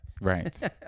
right